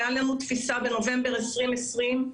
הייתה לנו תפיסה בנובמבר 2020,